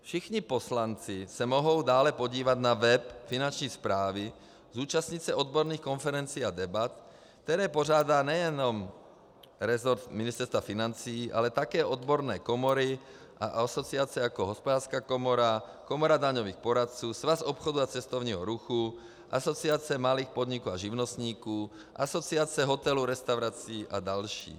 Všichni poslanci se mohou dále podívat na web Finanční správy, zúčastnit se odborných konferencí a debat, které pořádá nejenom resort Ministerstva financí, ale také odborné komory a asociace jako Hospodářská komora, Komora daňových poradců, Svaz obchodu a cestovního ruchu, Asociace malých podniků a živnostníků, Asociace hotelů, restaurací, a další.